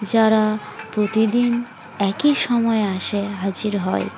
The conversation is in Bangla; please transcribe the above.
যারা প্রতিদিন একই সময়ে আসে হাজির হয়